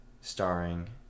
starring